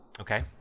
Okay